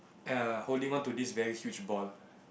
err holding on to this very huge ball